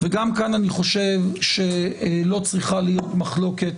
וגם כאן אני חושב שלא צריכה להיות מחלוקת